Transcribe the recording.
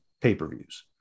pay-per-views